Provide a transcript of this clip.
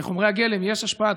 חומרי הגלם, יש השפעה.